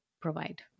provide